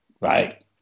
Right